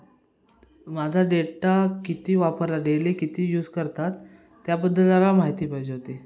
माझा डेटा किती वापरला डेली किती यूज करतात त्याबद्दल जरा माहिती पाहिजे होती